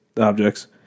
objects